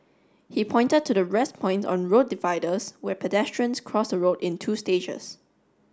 he pointed to the rest point on road dividers where pedestrians cross the road in two stages